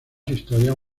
historias